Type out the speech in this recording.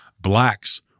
blacks